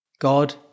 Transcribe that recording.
God